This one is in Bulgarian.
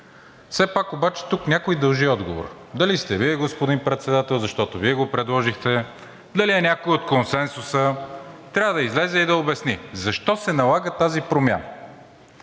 Все пак обаче тук някой дължи отговор – дали сте Вие, господин Председател, защото Вие го предложихте, дали е някой от консенсуса, трябва да излезе и да обясни защо се налага тази промяна.